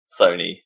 Sony